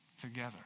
together